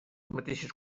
mateixes